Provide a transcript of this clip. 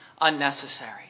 unnecessary